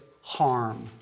harm